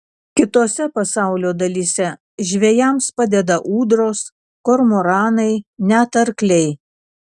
kitose pasaulio dalyse žvejams padeda ūdros kormoranai net arkliai